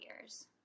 years